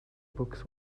books